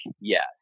Yes